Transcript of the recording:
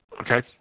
Okay